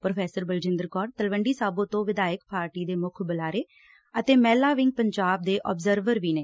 professor Baljinder Kaur Talwandi Sabo ਤੋ ਵਿਧਾਇਕ party ਦੇ ਮੁੱਖ ਬੁਲਾਰੇ ਅਤੇ ਮਹਿਲਾ ਵਿੰਗ ਪੰਜਾਬ ਦੇ ਅਬਜ਼ਰਵਰ ਵੀ ਨੇ